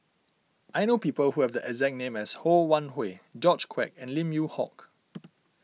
I know people who have the exact name as Ho Wan Hui George Quek and Lim Yew Hock